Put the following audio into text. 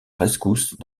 rescousse